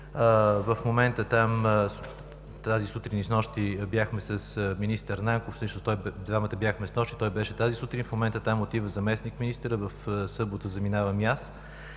укрепено. Тази сутрин и снощи бяхме с министър Нанков. Двамата бяхме снощи, той беше тази сутрин, в момента там отива заместник-министъра, в събота заминавам и